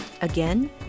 Again